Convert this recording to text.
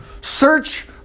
search